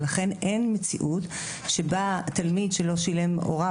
ולכן אין מציאות שבה תלמיד שהוריו